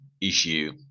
issue